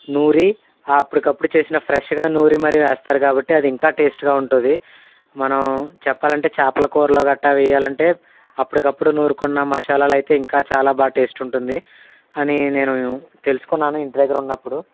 నూరి అప్పడికప్పుడు చేసిన ఫ్రెష్గా నూరి మరీ వేస్తారు కాబట్టి అది ఇంకా టేస్ట్గా ఉంటది మనం చెప్పాలంటే చాపల కూరలో కట్టా వేయాలంటే అప్పటికప్పుడు నూరుకున్న మసాలాలు అయితే ఇంకా చాలా బాగా టేస్ట్ ఉంటుంది అని నేను తెలుసుకున్నాను ఇంటి దగ్గరున్నప్పుడు